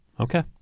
Okay